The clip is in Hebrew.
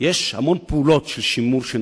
נעשו המון פעולות של שימור.